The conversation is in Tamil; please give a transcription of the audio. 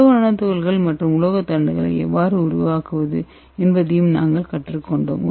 உலோக நானோ துகள்கள் மற்றும் உலோக தண்டுகளை எவ்வாறு உருவாக்குவது என்பதையும் நாங்கள் கற்றுக்கொண்டோம்